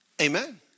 Amen